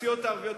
הסיעות הערביות,